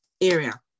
area